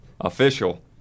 official